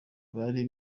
bari